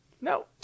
No